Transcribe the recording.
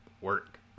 work